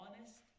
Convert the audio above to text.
honest